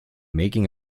making